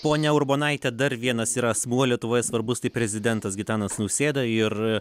ponia urbonaite dar vienas yra asmuo lietuvoje svarbus tai prezidentas gitanas nausėda ir